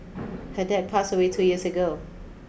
her dad pass away two years ago